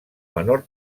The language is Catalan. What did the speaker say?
menor